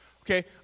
Okay